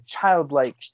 childlike